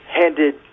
handed